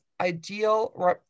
ideal